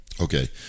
Okay